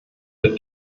der